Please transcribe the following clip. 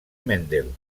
mendel